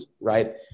right